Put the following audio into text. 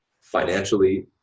financially